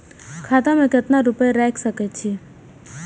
खाता में केतना रूपया रैख सके छी?